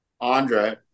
Andre